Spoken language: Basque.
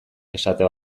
esate